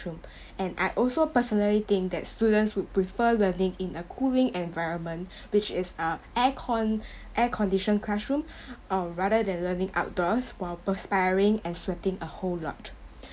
~room and I also personally think that students would prefer learning in a cooling environment which is a air con air conditioned classroom uh rather than learning outdoors while perspiring and sweating a whole lot